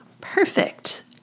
Perfect